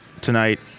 tonight